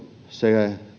se